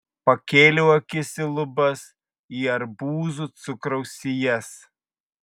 pakėliau akis į lubas į arbūzų cukraus sijas